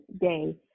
day